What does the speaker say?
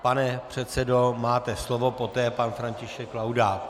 Pane předsedo, máte slovo, poté pan František Laudát.